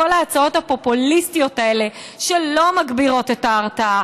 כל ההצעות הפופוליסטיות האלה לא מגבירות את ההרתעה,